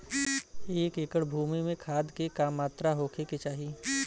एक एकड़ भूमि में खाद के का मात्रा का होखे के चाही?